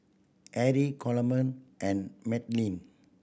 Erie Coleman and Madalynn